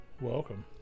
Welcome